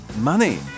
money